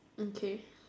in case